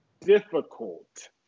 difficult